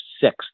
six